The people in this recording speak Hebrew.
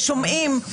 ששומעים,